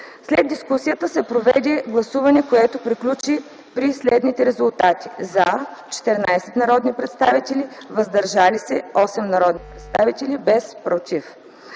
След дискусията се проведе гласуване, което приключи при следните резултати: „за” – 14 народни представители, „въздържали се” – 8 народни представители, без „против”.